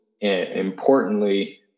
importantly